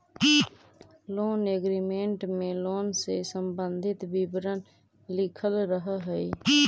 loan agreement में loan से संबंधित विवरण लिखल रहऽ हई